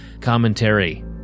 commentary